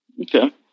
Okay